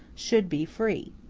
should be free.